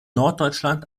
norddeutschland